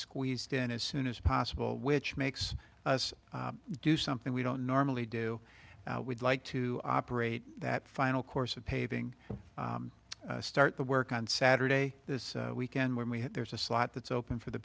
squeezed in as soon as possible which makes us do something we don't normally do we'd like to operate that final course of paving start the work on saturday this weekend when we had there's a slot that's open for the